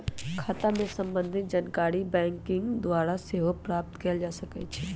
खता से संबंधित जानकारी मोबाइल बैंकिंग द्वारा सेहो प्राप्त कएल जा सकइ छै